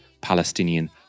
Palestinian